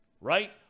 right